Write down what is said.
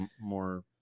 more